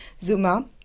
Zuma